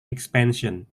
expansion